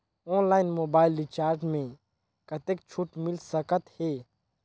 Online mobile recharge मे कतेक छूट मिल सकत हे?